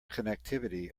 connectivity